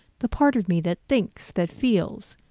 the part of me that thinks, that feels,